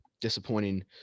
disappointing